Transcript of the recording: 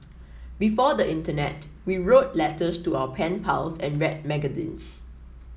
before the internet we wrote letters to our pen pals and read magazines